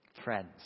Friends